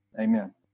Amen